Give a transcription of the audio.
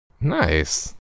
Nice